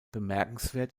bemerkenswert